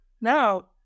now